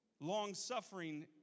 Long-suffering